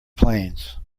planes